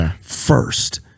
first